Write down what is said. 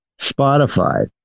Spotify